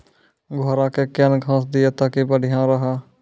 घोड़ा का केन घास दिए ताकि बढ़िया रहा?